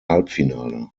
halbfinale